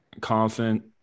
confident